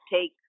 take